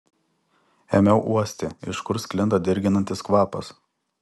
ėmiau uosti iš kur sklinda dirginantis kvapas